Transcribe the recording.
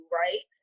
right